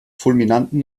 fulminanten